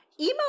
Emo